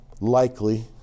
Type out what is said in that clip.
likely